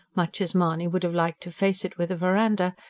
much as mahony would have liked to face it with a verandah,